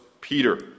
peter